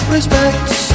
Respects